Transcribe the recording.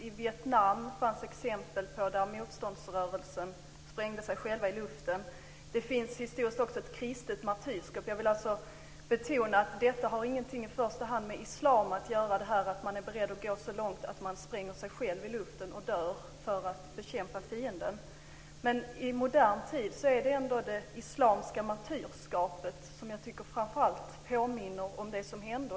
I Vietnam fanns exempel på att medlemmar i motståndsrörelsen sprängde sig själv i luften. Det finns historiskt också ett kristet martyrskap. Jag vill betona att det faktum att man är beredd att gå så långt att man spränger sig själv i luften och dör för att bekämpa fienden inte i första hand har med islam att göra. Men i modern tid är det ändå det islamiska martyrskapet som är mest förknippat med det som hände.